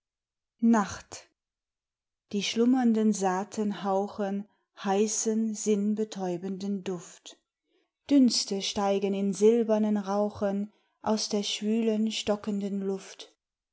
nacht die schlummernden saaten hauchen heißen sinnbetäubenden duft dünste steigen in silbernen rauchen aus der schwülen stockenden luft